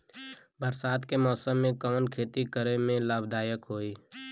बरसात के मौसम में कवन खेती करे में लाभदायक होयी?